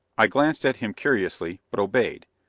i glanced at him curiously, but obeyed.